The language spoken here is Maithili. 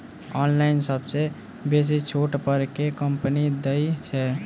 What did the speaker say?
ऑनलाइन सबसँ बेसी छुट पर केँ कंपनी दइ छै?